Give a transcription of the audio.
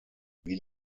wie